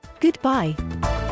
Goodbye